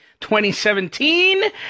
2017